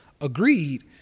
agreed